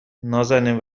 نازنین